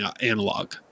analog